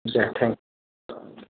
जे thank U